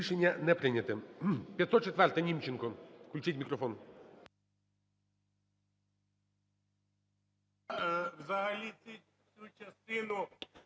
Рішення не прийнято.